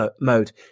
mode